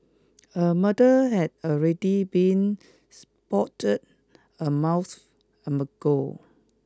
a murder had already been spotted a month ago